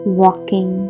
walking